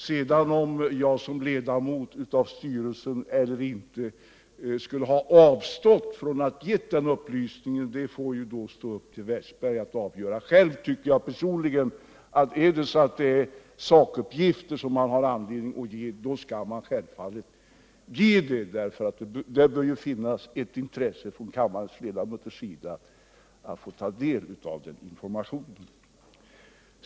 Om jag sedan, som ledamot av styrelsen eller inte, borde ha avstått från att ge den upplysningen, ankommer det på Olle Wästberg att avgöra. Själv tycker jag att man skall lämna sakuppgifter, om man har sådana att ge, eftersom ledamöterna i kammaren bör ha intresse av att ta del av den informationen.